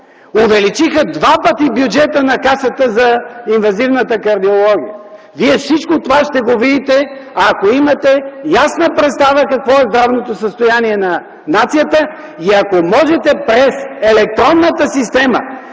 увеличиха два пъти бюджета на Касата за инвазивната кардиология. Всичко това Вие ще го видите, ако имате ясна представа какво е здравното състояние на нацията и ако можете през електронната система